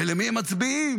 ולמי הם מצביעים?